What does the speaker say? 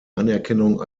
anerkennung